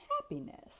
happiness